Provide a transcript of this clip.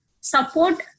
support